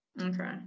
Okay